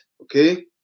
okay